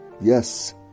Yes